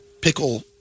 pickle